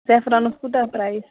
سیفرانَس کوٗتاہ پرٛایِس